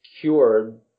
cured